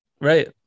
Right